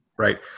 right